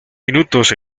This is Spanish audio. minutos